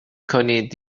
کنید